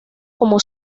como